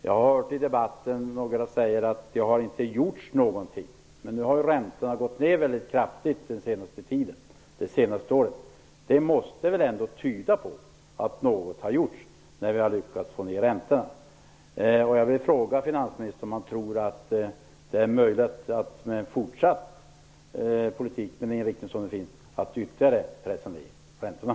Jag har hört i debatten några säga att det inte gjorts någonting. Nu har räntorna gått ned väldigt kraftigt det senaste året. Det måste väl ändå tyda på att något har gjorts när vi har lyckats få ned räntan. Jag vill fråga finansministern om han tror att det är möjligt att med den inriktning som finns i politiken ytterligare pressa ned räntorna.